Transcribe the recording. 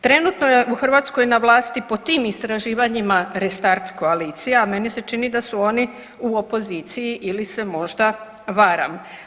Trenutno je u Hrvatskoj na vlasti po tim istraživanjima Restart koalicija, a meni se čini da su oni u opoziciji ili se možda varam.